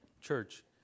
church